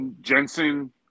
Jensen